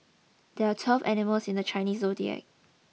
there are twelve animals in the Chinese zodiac